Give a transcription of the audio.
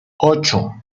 ocho